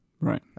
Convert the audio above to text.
right